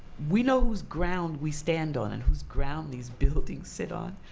we know whose ground we stand on, and whose ground these buildings sit on.